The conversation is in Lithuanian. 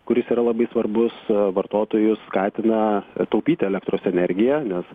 kuris yra labai svarbus vartotojus skatina taupyti elektros energiją nes